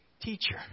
Teacher